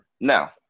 Now